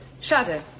Shadow